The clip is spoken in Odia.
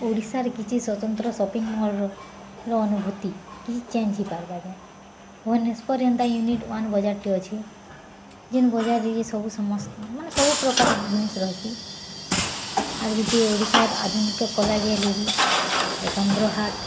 ଓଡ଼ିଶାରେ କିଛି ସ୍ୱତନ୍ତ୍ର ସପିଙ୍ଗ୍ ମଲ୍ର ଅନୁଭୂତି କିଛି ଚେଞ୍ଜ୍ ହେଇପାର୍ବାକେ ମୋର ହେନ୍ତା କେ ୟୁନିଟ୍ ୱାନ୍ ବଜାରଟେ ଅଛି ଯେନ୍ ବଜାରକେ ସବୁ ସମସ୍ତ ସବୁ ଜିନିଷ୍ ସବୁ ପ୍ରକାର ଜିନିଷ୍ ରହେସି ଆର୍ ଗୁଟେ ଓଡ଼ିଶାର ଆଧୁନିକ କଲା ଗେଲେରୀ ଏକାମ୍ର ହାଟ୍